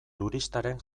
turistaren